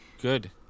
Good